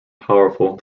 powerful